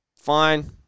fine